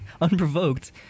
unprovoked